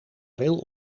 veel